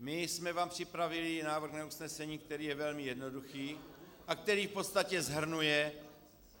My jsme vám připravili návrh usnesení, který je velmi jednoduchý a který v podstatě shrnuje